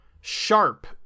Sharp